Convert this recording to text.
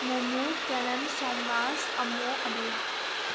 ꯃꯣꯃꯣ ꯀꯦꯅꯟ ꯁꯣꯝꯔꯥꯖ ꯑꯃꯣ ꯑꯕꯦꯂꯥ